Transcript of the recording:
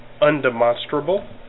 undemonstrable